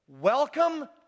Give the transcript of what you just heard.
Welcome